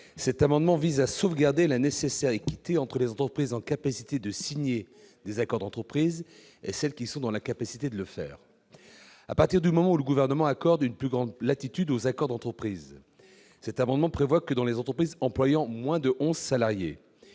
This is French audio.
Cet amendement vise à sauvegarder la nécessaire équité entre les entreprises qui sont capables de signer des accords d'entreprise et celles qui sont dans l'incapacité de le faire. À partir du moment où le Gouvernement accorde une plus grande latitude aux accords d'entreprise, cet amendement vise à prévoir que dans les entreprises employant moins de onze salariés